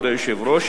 כבוד היושב-ראש,